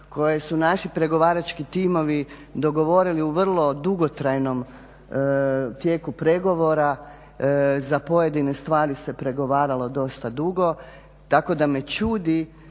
koje su naši pregovarački timovi dogovorili u vrlo dugotrajnom tijeku pregovora. Za pojedine stvari se pregovaralo dosta dugo tako da me čudi